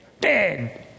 dead